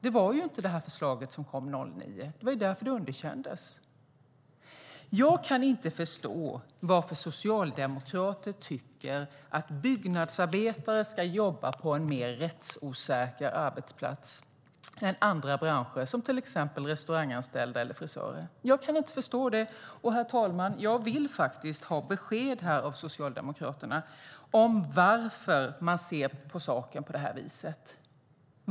Det var inte förslaget som kom 2009, och det var därför det underkändes. Jag kan inte förstå varför socialdemokrater tycker att byggnadsarbetare ska jobba på en mer rättsosäker arbetsplats än till exempel restauranganställda och frisörer. Herr talman! Jag vill ha besked från Socialdemokraterna om varför de ser på saken på detta vis.